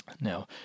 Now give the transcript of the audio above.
Now